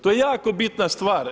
To je jako bitna stvar.